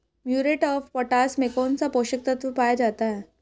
Muriate of potash में कौन सा पोषक तत्व पाया जाता है?